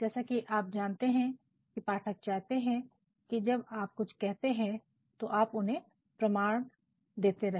जैसा कि आप जानते हैं कि पाठक चाहते हैं कि जब आप कुछ कहते हैं तो आप उन्हें प्रमाण देते रहे